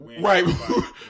Right